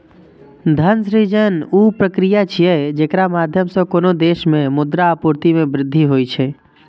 धन सृजन ऊ प्रक्रिया छियै, जेकरा माध्यम सं कोनो देश मे मुद्रा आपूर्ति मे वृद्धि होइ छै